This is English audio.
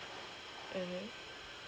mmhmm